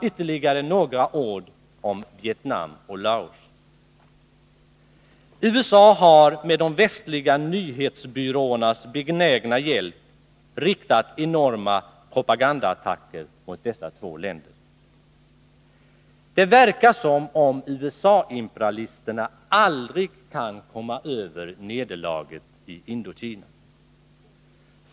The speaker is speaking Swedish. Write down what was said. Ytterligare några ord om Vietnam och Laos. USA har med de västliga nyhetsbyråernas benägna hjälp riktat enorma propagandaattacker mot dessa två länder. Det verkar som om USA-imperialisterna aldrig kan komma över nederlaget i Indokina.